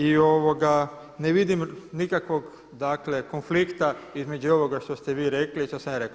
I ne vidim nikakvog dakle konflikta između i ovoga što ste vi rekli i što sam ja rekao.